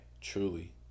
truly